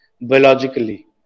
biologically